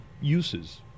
uses